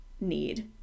need